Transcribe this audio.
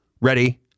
Ready